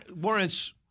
warrants